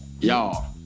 Y'all